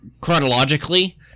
chronologically